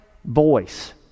voice